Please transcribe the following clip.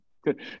good